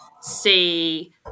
see